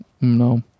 No